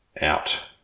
out